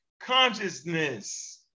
Consciousness